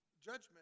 judgment